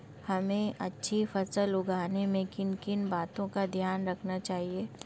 हमें अच्छी फसल उगाने में किन किन बातों का ध्यान रखना चाहिए?